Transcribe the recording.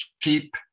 keep